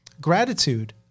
gratitude